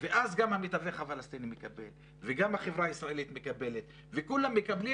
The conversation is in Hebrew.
ואז גם המתווך הפלסטיני מקבל וגם החברה הישראלית מקבלת וכולם מקבלים